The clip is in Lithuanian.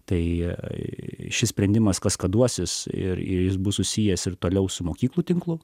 tai šis sprendimas kaskaduosis ir ir jis bus susijęs ir toliau su mokyklų tinklu